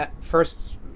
first